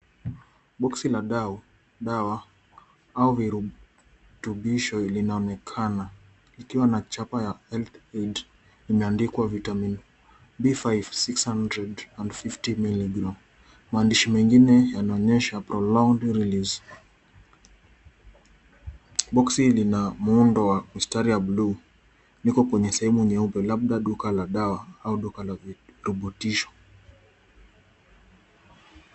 Boksi la dawa au virutubisho linaonekana likiwa na chapa ya health Aid . Imeandikwa vitamin B5 650mg . Maandishi mengine yanaonyesha prolonged release . Boksi lina muundo wa mistari ya buluu. Liko kwenye sehemu nyeupe labda duka la dawa au duka la virutubisho.